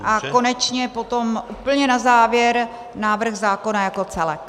A konečně potom úplně na závěr návrh zákona jako celek.